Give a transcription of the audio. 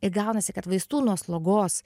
ir gaunasi kad vaistų nuo slogos